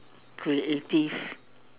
creative